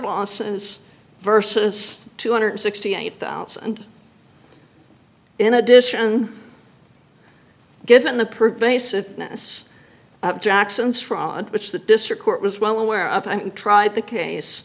losses versus two hundred sixty eight thousand in addition given the per basic ness of jackson's fraud which the district court was well aware of and tried the case